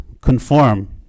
conform